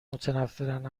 متنفرن